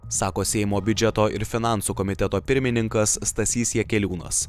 sako seimo biudžeto ir finansų komiteto pirmininkas stasys jakeliūnas